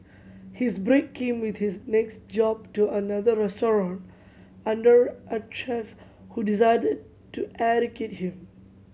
his break came with his next job to another restaurant under a chef who decided to educate him